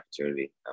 opportunity